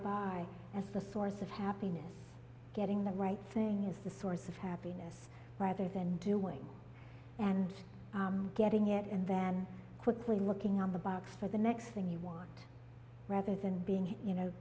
as the source of happiness getting the right thing is the source of happiness rather than doing and getting it and then quickly looking on the box for the next thing you want rather than being you know